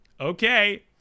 Okay